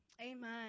Amen